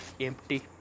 empty